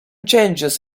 changes